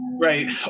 Right